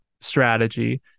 strategy